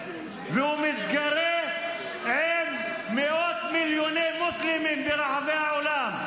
והוא מתגרה במאות מיליוני מוסלמים ברחבי העולם.